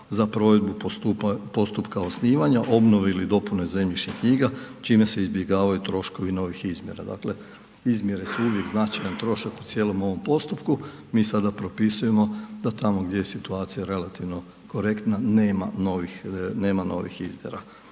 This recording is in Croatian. za provedbu postupka osnivanja, obnove ili dopune zemljišnih knjiga čim se izbjegavaju troškovi novih izmjera. Dakle izmjere su uvijek značajan trošak u cijelom ovom postupku, mi sada propisujemo da tamo gdje je situacija relativno korektna, nema novih izmjera.